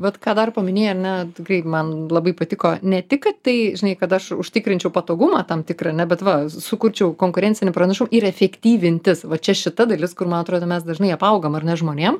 vat ką dar paminėjai ar ne tikrai man labai patiko ne tik kad tai žinai kad aš užtikrinčiau patogumą tam tikrą ne bet va sukurčiau konkurencinį pranašum ir efektyvintis va čia šita dalis kur man atrodo mes dažnai apaugam ar ne žmonėm